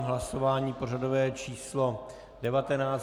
Hlasování pořadové číslo 19.